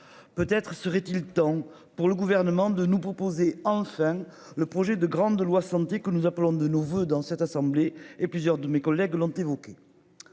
Peut-être serait-il temps pour le gouvernement de nous proposer enfin le projet de grande loi santé que nous appelons de nos voeux dans cette assemblée et plusieurs de mes collègues l'ont évoqué.